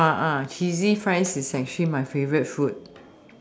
cheesy fries is actually my favorite food